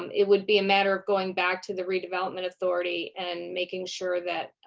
um it would be a matter of going back to the redevelopment authority and making sure that